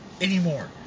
anymore